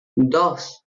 dos